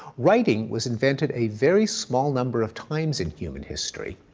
writing was invented a very small number of times in human history,